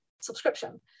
subscription